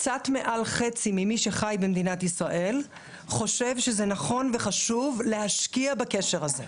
קצת מעל חצי ממי שחי במדינת ישראל חושב שזה נכון וחשוב להשקיע בקשר הזה.